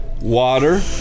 water